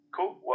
Cool